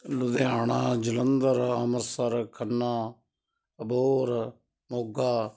Ludhiana Jalandhar Amritsar Khanna Abohar Moga